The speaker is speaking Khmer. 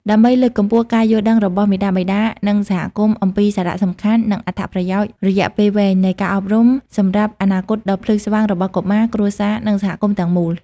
ដើម្បីលើកកម្ពស់ការយល់ដឹងរបស់មាតាបិតា និងសហគមន៍អំពីសារៈសំខាន់ និងអត្ថប្រយោជន៍រយៈពេលវែងនៃការអប់រំសម្រាប់អនាគតដ៏ភ្លឺស្វាងរបស់កុមារ គ្រួសារ និងសហគមន៍ទាំងមូល។